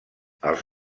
els